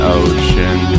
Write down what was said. ocean